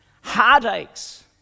heartaches